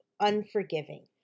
unforgiving